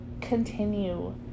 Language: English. continue